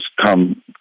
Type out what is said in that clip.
come